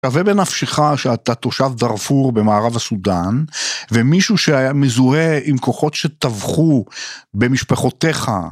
שווה בנפשך שאתה תושב דרפור במערב הסודן ומישהו שהיה מזוהה עם כוחות שטבחו במשפחותיך.